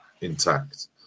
intact